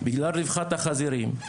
בגלל רווחת החזירים,